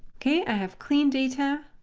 kay, i have clean data.